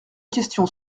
questions